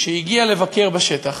שהגיע לבקר בשטח,